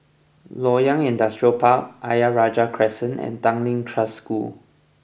Loyang Industrial Park Ayer Rajah Crescent and Tanglin Trust School